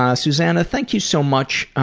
ah susanna, thank you so much